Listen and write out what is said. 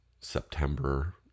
September